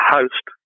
Host